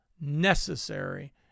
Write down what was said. necessary